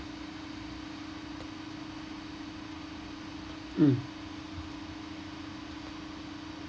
mm